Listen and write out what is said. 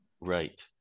Right